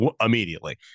immediately